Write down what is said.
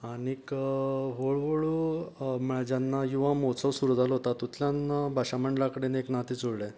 आनीक व्हळू व्हळू म्हळ्यार जेन्ना युवा महोत्सव सुरू जाले तातूंतल्यान भाशा मंडळा कडेन एक नातें जुळ्ळें